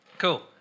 Cool